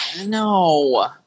no